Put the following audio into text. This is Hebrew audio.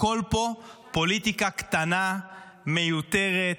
הכול פה פוליטיקה קטנה, מיותרת,